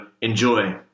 enjoy